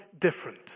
different